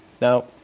Now